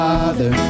Father